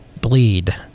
Bleed